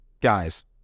Guys